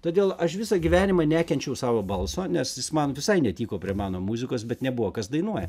todėl aš visą gyvenimą nekenčiau savo balso nes jis man visai netiko prie mano muzikos bet nebuvo kas dainuoja